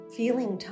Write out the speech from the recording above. feeling